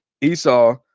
Esau